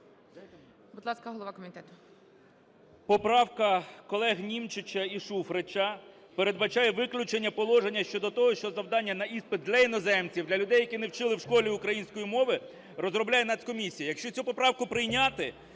Будь ласка, голова комітету.